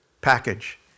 package